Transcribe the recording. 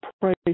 price